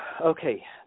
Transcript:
Okay